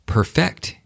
Perfect